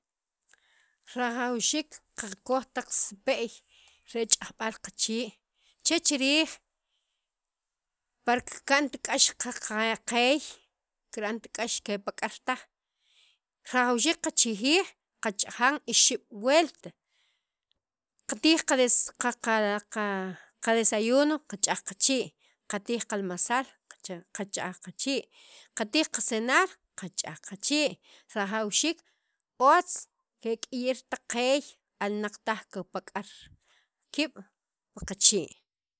rajwxiik qaqe qakoj taq sipe'y re ch'ajb'al qachii' che chiriij parq kika'nt k'ax qa qaqe qeey kipaq'ar taj rajawxiik qachijij qach'ajan ixeb' welt katij qadesa qatij qaqa desayuno qach'aj qachii' qalmasal qach'aj qachii', qatij qasanaar qach'aj qachii' rajwxiik otz kek'iyir taq qeey alnaq taj kiq'ar kiib' pa qachii'.